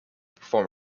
perform